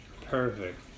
perfect